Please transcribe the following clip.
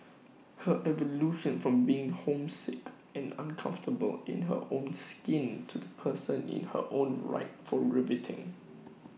her evolution from being homesick and uncomfortable in her own skin to the person in her own right for riveting